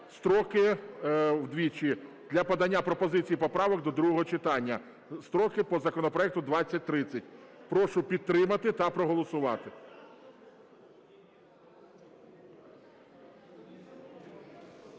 строки вдвічі для подання пропозицій і поправок до другого читання, строки по законопроекту 2030. Прошу підтримати та проголосувати.